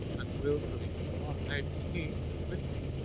and willfully bore my pain with me.